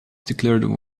declared